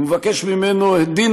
הוא מבקש ממנו: (אומר ערבית: